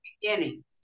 beginnings